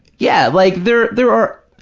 yeah, like there there are,